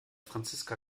franziska